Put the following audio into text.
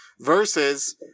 versus